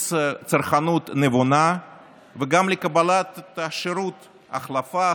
לאימוץ צרכנות נבונה וגם לקבלת שירות החלפה,